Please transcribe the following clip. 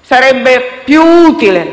sarebbe più utile, più efficace.